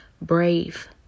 brave